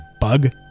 bug